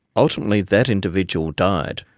ultimately that individual died,